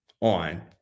on